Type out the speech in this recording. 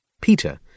Peter